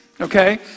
okay